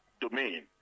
domain